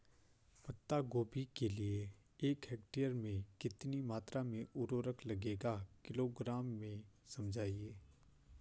पत्ता गोभी के लिए एक हेक्टेयर में कितनी मात्रा में उर्वरक लगेगा किलोग्राम में समझाइए?